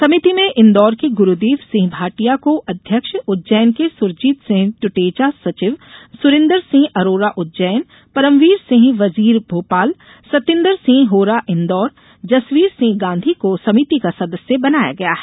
समिति में इंदौर के गुरुदेव सिंह भाटिया को अध्यक्ष उज्जैन के सुरजीत सिंह दुटेजा सचिव सुरिन्दर सिंह अरोरा उज्जैन परमवीर सिंह वजीर भोपाल सतिन्दर सिंह होरा इंदौर जसवीर सिंह गांधी को समिति का सदस्य बनाया गया है